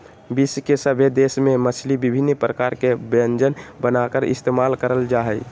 विश्व के सभे देश में मछली विभिन्न प्रकार के व्यंजन बनाकर इस्तेमाल करल जा हइ